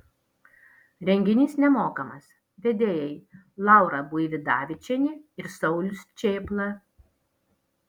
renginys nemokamas vedėjai laura buividavičienė ir saulius čėpla